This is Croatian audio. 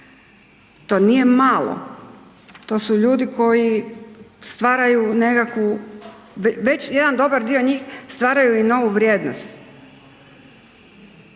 to nije malo. To su ljudi koji stvaraju nekakvu, već jedan dobar dio njih stvaraju i novu vrijednost.